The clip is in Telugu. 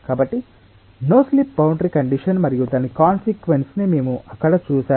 కాబట్టి నో స్లిప్ బౌండరీ కండిషన్ మరియు దాని కాన్సిక్వెన్స్ ని మేము అక్కడ చూశాము